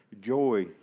Joy